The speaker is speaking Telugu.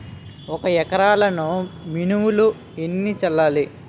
ఒక ఎకరాలకు మినువులు ఎన్ని చల్లాలి?